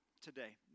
today